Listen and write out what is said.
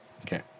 Okay